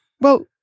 Well